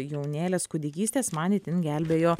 jaunėlės kūdikystės man itin gelbėjo